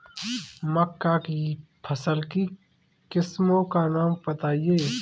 मक्का की फसल की किस्मों का नाम बताइये